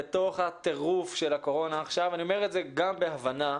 בתוך הטירוף של הקורונה עכשיו אני אומר את זה גם בהבנה,